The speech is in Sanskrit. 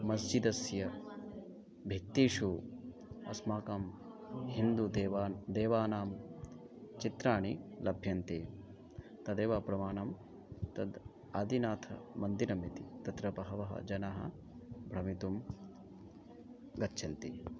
मस्जिदस्य भित्तिषु अस्माकं हिन्दूदेवा देवानां चित्राणि लभ्यन्ते तदेव प्रमाणं तद् आदिनाथमन्दिरमिति तत्र बहवः जनाः भ्रमितुं गच्छन्ति